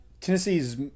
Tennessee's –